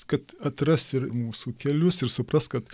kad atras ir mūsų kelius ir supras kad